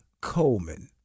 Coleman